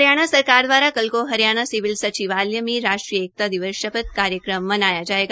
हरियाणा सरकार द्वारा कल को हरियाणा सिविल सचिवालय में राष्ट्रीय एकता दिवस शपथ कार्यक्रम मनाया जाएगा